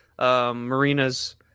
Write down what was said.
Marina's